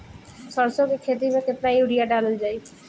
सरसों के खेती में केतना यूरिया डालल जाई?